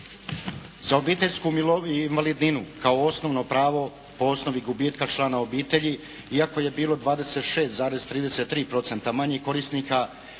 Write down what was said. Za obiteljsku invalidninu kao osnovno pravo po osnovi gubitka člana obitelji iako je bilo 26,33 procenta manje korisnika